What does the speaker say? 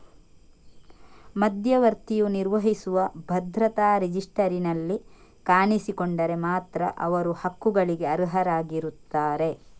ಮಧ್ಯವರ್ತಿಯು ನಿರ್ವಹಿಸುವ ಭದ್ರತಾ ರಿಜಿಸ್ಟರಿನಲ್ಲಿ ಕಾಣಿಸಿಕೊಂಡರೆ ಮಾತ್ರ ಅವರು ಹಕ್ಕುಗಳಿಗೆ ಅರ್ಹರಾಗಿರುತ್ತಾರೆ